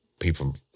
people